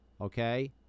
Okay